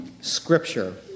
Scripture